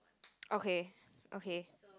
okay okay